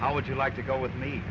how would you like to go with me